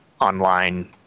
online